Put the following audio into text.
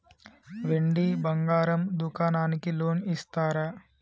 వెండి బంగారం దుకాణానికి లోన్ ఇస్తారా?